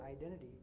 identity